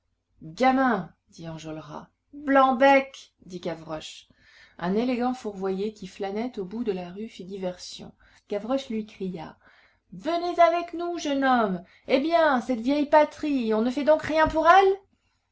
dit enjolras blanc-bec dit gavroche un élégant fourvoyé qui flânait au bout de la rue fit diversion gavroche lui cria venez avec nous jeune homme eh bien cette vieille patrie on ne fait donc rien pour elle